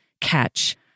catch